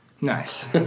Nice